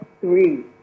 three